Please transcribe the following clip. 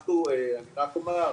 אני רק אומר,